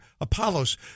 Apollos